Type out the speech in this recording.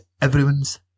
everyone's